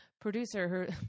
producer